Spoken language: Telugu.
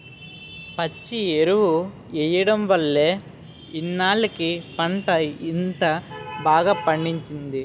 పచ్చి ఎరువు ఎయ్యడం వల్లే ఇన్నాల్లకి పంట ఇంత బాగా పండింది